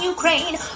Ukraine